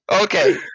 Okay